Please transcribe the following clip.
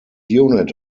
unit